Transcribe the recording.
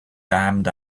damned